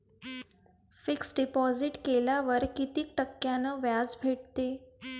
Fix deposit केल्यावर कितीक टक्क्यान व्याज भेटते?